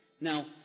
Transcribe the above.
Now